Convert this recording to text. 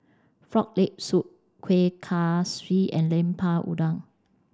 frog leg soup Kuih Kaswi and Lemper Udang